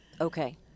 okay